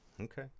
Okay